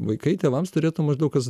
vaikai tėvams turėtų maždaug kas